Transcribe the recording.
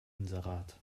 inserat